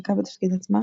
שיחקה בתפקיד עצמה.